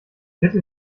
bitte